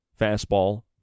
fastball